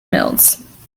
mills